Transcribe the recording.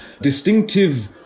distinctive